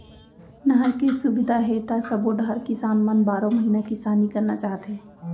नहर के सुबिधा हे त सबो डहर किसान मन बारो महिना किसानी करना चाहथे